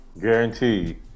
Guaranteed